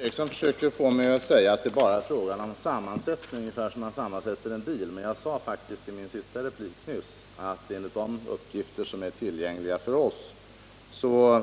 Herr talman! Sture Ericson försöker få mig att säga att det bara är fråga om sammansättning, ungefär som när man sammansätter en bil. Men jag sade i min replik nyss att enligt de uppgifter som är tillgängliga för oss